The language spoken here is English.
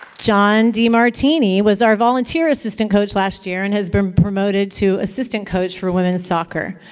john dimartini was our volunteer assistant coach last year, and has been promoted to assistant coach for women's soccer.